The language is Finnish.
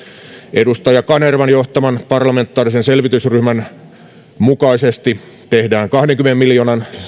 edustaja kanervan johtaman parlamentaarisen selvitysryhmän mukaisesti tehdään kahdenkymmenen miljoonan